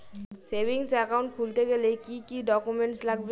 Savings account খুলতে গেলে কি কি ডকুমেন্টস লাগবে?